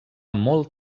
molt